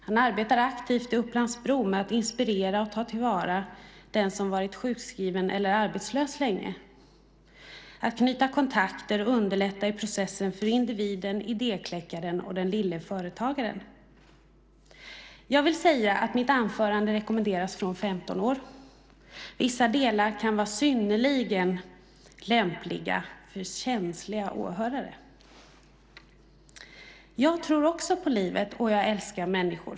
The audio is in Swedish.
Han arbetar aktivt i Upplands Bro med att inspirera och ta till vara den som varit sjukskriven eller arbetslös länge och hjälpa till att knyta kontakter och underlätta processen för individen, idékläckaren och den lille företagaren. Jag vill säga att mitt anförande rekommenderas från 15 år. Vissa delar kan vara synnerligen lämpliga för känsliga åhörare. Jag tror också på livet, och jag älskar människor.